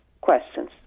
questions